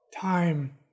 Time